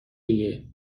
ایه